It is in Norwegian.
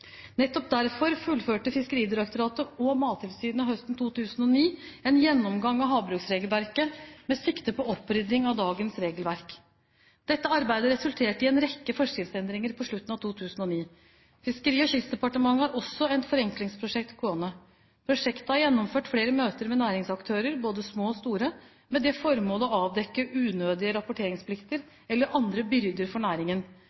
Nettopp derfor fullførte Fiskeridirektoratet og Mattilsynet høsten 2009 en gjennomgang av havbruksregelverket med sikte på opprydding av dagens regelverk. Dette arbeidet resulterte i en rekke forskriftsendringer på slutten av 2009. Fiskeri- og kystdepartementet har også et forenklingsprosjekt gående. Prosjektet har gjennomført flere møter med næringsaktører, både små og store, med det formål å avdekke unødige rapporteringsplikter eller andre byrder for næringen.